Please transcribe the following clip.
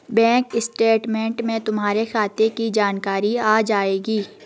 bank statement में तुम्हारे खाते की जानकारी आ जाएंगी